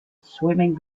swimming